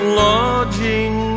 lodging